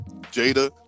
Jada